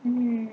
mm